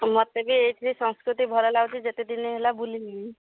ମୋତେ ବି ଏଇଠି ସଂସ୍କୃତି ଭଲ ଲାଗୁଛି ଯେତେ ଦିନ ହେଲା ବୁଲିନି